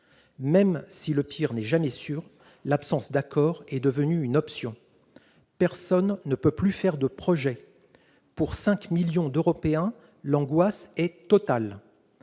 Même si le pire n'est jamais sûr, l'absence d'accord est devenue une option. Personne ne peut plus faire de projets. Pour cinq millions d'Européens, l'angoisse est totale.